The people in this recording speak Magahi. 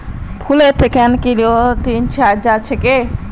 फुलेर खेतत पादप प्रजनन स नया किस्मेर फूल उगाल जा छेक